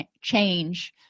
change